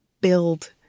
build